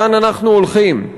לאן אנחנו הולכים?